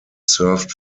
served